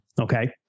okay